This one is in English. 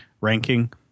ranking